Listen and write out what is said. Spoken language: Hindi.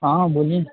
हाँ बोलीं